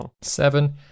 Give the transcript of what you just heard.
Seven